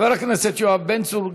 חבר הכנסת יואב בן צור,